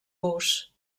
bus